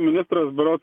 ministras berods